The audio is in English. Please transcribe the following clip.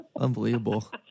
unbelievable